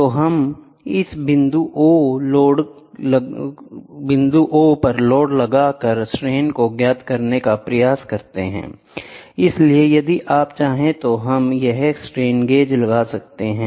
तो हम इस बिंदु O लोड लगाकर स्ट्रेन को ज्ञात करने का प्रयास करते हैंI इसलिए यदि आप चाहें तो हम यहां स्ट्रेन गेज लगा सकते हैं